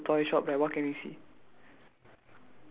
okay mm above the toy shop right what can you see